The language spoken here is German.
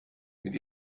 mit